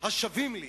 השווים לי,